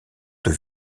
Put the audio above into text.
deux